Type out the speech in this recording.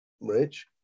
Rich